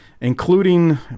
including